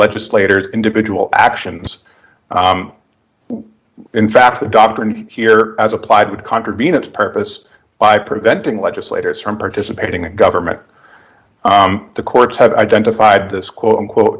legislators individual actions in fact the doctor in here as applied would contravene its purpose by preventing legislators from participating in government the courts have identified this quote unquote